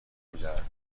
میدهد